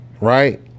Right